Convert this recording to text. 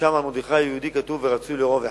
ושם כתוב לגבי מרדכי היהודי: ורצוי לרוב אחיו.